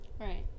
Right